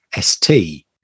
st